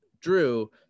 Drew